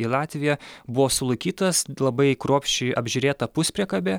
į latviją buvo sulaikytas labai kruopščiai apžiūrėta puspriekabė